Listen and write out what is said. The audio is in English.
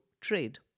trade